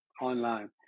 online